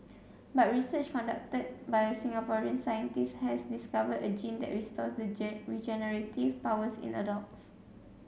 but research conducted by a Singaporean scientist has discovered a gene that restores the regenerative powers in adults